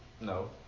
No